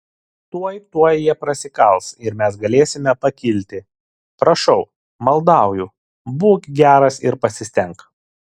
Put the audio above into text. tuoj tuoj jie prasikals ir mes galėsime pakilti prašau maldauju būk geras ir pasistenk